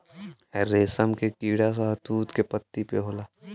रेशम के कीड़ा शहतूत के पत्ती पे होला